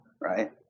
right